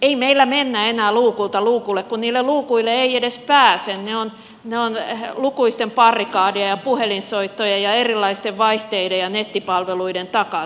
ei meillä mennä enää luukulta luukulle kun niille luukuille ei edes pääse ne ovat lukuisten barrikadien ja puhelinsoittojen ja erilaisten vaihteiden ja nettipalveluiden takana